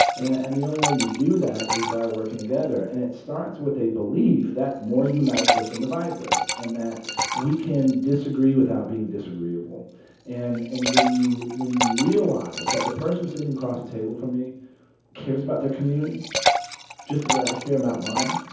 and the only way you do that is by working together. and it starts with a belief that more unites us than divides us and that we can disagree without being disagreeable and and when you when you realize that the person sitting across the table from me cares about their community just the way i care about mine,